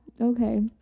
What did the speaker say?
Okay